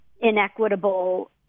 inequitable